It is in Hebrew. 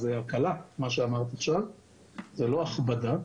מה שאמרת עכשיו זו הקלה ולא הכבדה: